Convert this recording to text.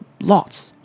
lots